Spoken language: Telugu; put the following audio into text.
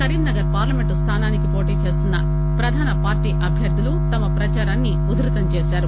కరీంనగర్ పార్లమెంట్ స్థానానికి పోటీ చేస్తున్న ప్రధాన పార్టీ అభ్యర్థులు తమ ప్రదారాన్సి ఉధృతం చేశారు